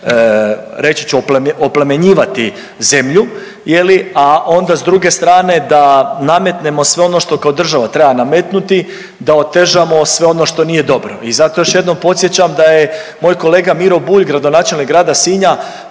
reći ću oplemenjivati zemlju, a onda s druge strane da nametnemo sve ono što kao država treba nametnuti da otežamo sve ono što nije dobro. I zato još jednom podsjećam da je moj kolega Miro Bulj gradonačelnik grada Sinja